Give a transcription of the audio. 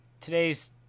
today's